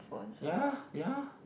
ya ya